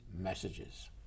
messages